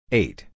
eight